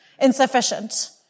insufficient